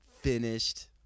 finished